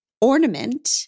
ornament